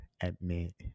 admit